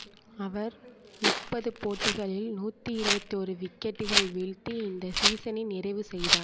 அவர் முப்பது போட்டிகளில் நூற்றி இருபத்தி ஒரு விக்கெட்டுகளை வீழ்த்தி இந்த சீசனை நிறைவு செய்தார்